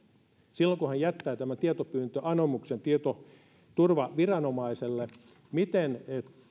silloin kun tutkija jättää tämän tietopyyntöanomuksen tietoturvaviranomaiselle hänen on vielä tehtävä suunnitelma siitä miten